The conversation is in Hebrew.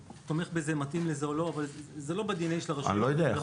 זה לא ב-DNA של הרשויות המקומיות וצריך לבחון את זה.